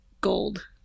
gold